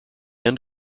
end